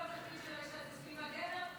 כל התפקיד של האישה הוא סביב הגבר?